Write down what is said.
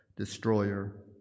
destroyer